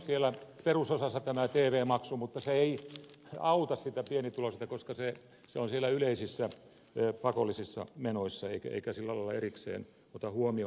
nythän tv maksu on siellä perusosassa mutta se ei auta sitä pienituloista koska se on siellä yleisissä pakollisissa menoissa eikä tätä todellista vaikutusta sillä lailla erikseen oteta huomioon